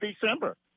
December